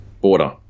Border